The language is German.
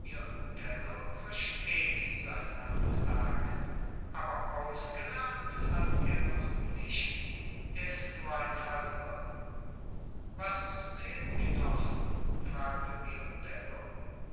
versteht sein handwerk aber ausgelernt hat er noch nicht er ist nur ein halber was fehlt mir noch fragte